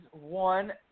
One